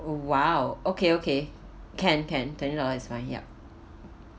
!wow! okay okay can can twenty dollar is fine yup